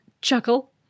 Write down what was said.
Chuckle